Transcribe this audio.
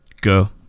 Go